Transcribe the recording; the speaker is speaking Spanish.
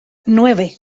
nueve